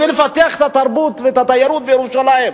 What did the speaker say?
רוצים לפתח את התרבות ואת התיירות בירושלים,